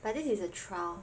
but this is a trial